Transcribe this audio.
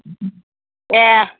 ए